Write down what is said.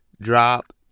drop